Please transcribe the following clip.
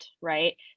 right